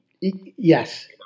Yes